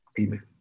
Amen